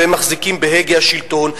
והם מחזיקים בהגה השלטון,